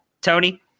tony